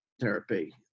therapy